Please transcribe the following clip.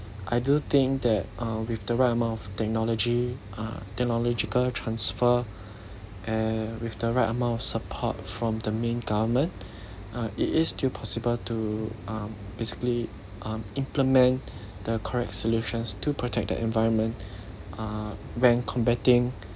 I do think that uh with the right amount of technology uh technological transfer and with the right amount of support from the main government uh it is still possible to um basically um implement the correct solutions to protect the environment uh when combating